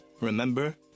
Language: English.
Remember